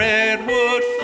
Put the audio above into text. Redwood